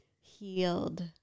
Healed